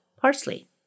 parsley